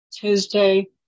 Tuesday